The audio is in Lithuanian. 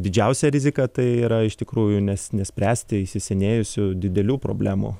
didžiausia rizika tai yra iš tikrųjų nes nespręsti įsisenėjusių didelių problemų